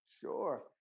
Sure